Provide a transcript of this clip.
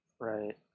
Right